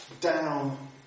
down